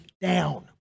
down